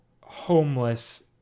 homeless